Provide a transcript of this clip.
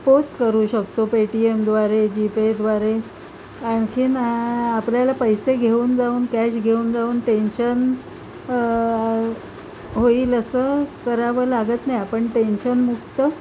पोच करू शकतो पेटीएमद्वारे जीपेद्वारे आणखीन आपल्याला पैसे घेऊन जाऊन कॅश घेऊन जाऊन टेन्शन होईल असं करावं लागत नाही आपण टेन्शनमुक्त